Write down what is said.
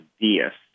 deist